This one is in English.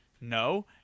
no